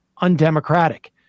undemocratic